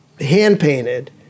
hand-painted